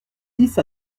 dix